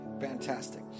fantastic